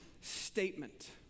statement